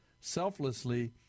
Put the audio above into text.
selflessly